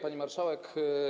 Pani Marszałek!